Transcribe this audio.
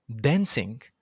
Dancing